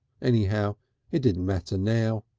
anyhow it didn't matter now.